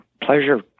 pleasure